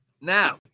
Now